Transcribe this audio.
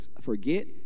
forget